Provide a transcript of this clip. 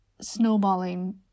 snowballing